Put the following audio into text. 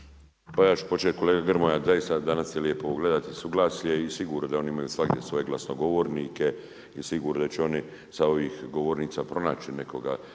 Pa ja ću početi kolega Grmoja, zaista, danas je lijepo gledati suglasje i sigurno da oni imaju svagdje svoje glasnogovornike i sigurno da će oni sa ovih govornica pronaći nekoga